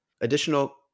Additional